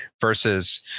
versus